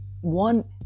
One